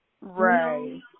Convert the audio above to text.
right